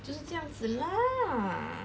就是这样子 lah